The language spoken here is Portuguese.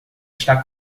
está